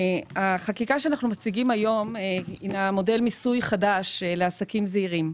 החקיקה שאנחנו מציגים היום הנה מודל מיסוי חדש לעסקים זעירים.